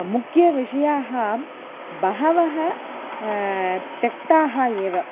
मुख्यविषयाः बहवः त्यक्ताः एव